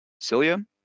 cilia